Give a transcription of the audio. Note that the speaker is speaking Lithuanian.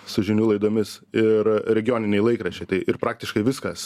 su žinių laidomis ir regioniniai laikraščiai tai ir praktiškai viskas